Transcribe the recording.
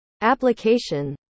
application